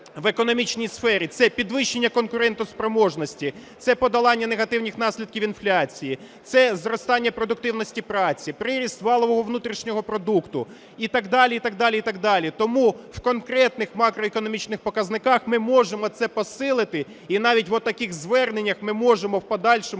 в економічній сфері – це підвищення конкурентоспроможності, це подолання негативних наслідків інфляції, це зростання продуктивності праці, приріст валового внутрішнього продукту і так далі, і так далі, і так далі. Тому в конкретних в макроекономічних показниках ми можемо це посилити і навіть в отаких зверненнях ми можемо в подальшому